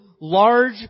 large